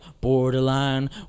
borderline